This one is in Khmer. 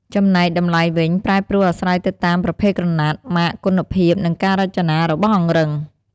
ចំណែកតម្លៃវិញប្រែប្រួលអាស្រ័យទៅតាមប្រភេទក្រណាត់ ម៉ាក គុណភាព និងការរចនារបស់អង្រឹង។